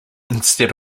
instead